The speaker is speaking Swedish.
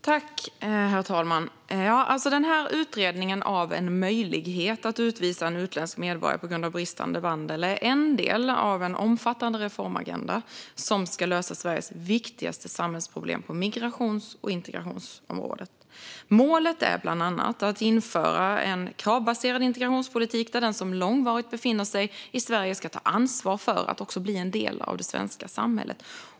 Herr talman! Denna utredning om en möjlighet att utvisa en utländsk medborgare på grund av bristande vandel är en del av en omfattande reformagenda som ska lösa Sveriges viktigaste samhällsproblem på migrations och integrationsområdet. Målet är bland att införa en kravbaserad integrationspolitik där den som långvarigt befinner sig i Sverige ska ta ansvar för att också bli en del av det svenska samhället.